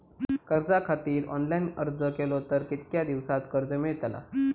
कर्जा खातीत ऑनलाईन अर्ज केलो तर कितक्या दिवसात कर्ज मेलतला?